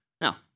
Now